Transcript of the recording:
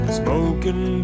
smoking